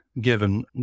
given